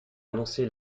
annoncé